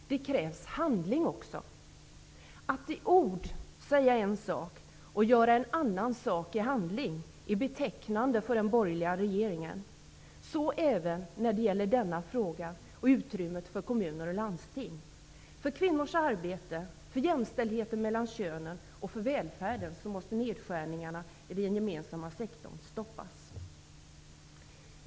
Det krävs handling också. Att i ord säga en sak och att göra en annan sak i handling är betecknande för den borgerliga regeringen. Så även när det gäller denna fråga och utrymmet för kommuner och landsting. För kvinnors arbete, för jämställdheten mellan könen och för välfärden måste nedskärningarna i den gemensamma sektorn stoppas.